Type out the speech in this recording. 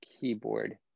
Keyboard